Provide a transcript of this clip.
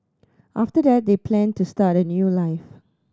after that they planned to start a new life